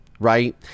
Right